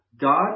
God